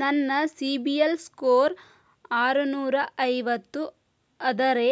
ನನ್ನ CIBIL score ಆರನೂರ ಐವತ್ತು ಅದರೇ